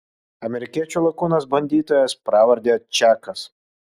amerikiečių lakūnas bandytojas pravarde čakas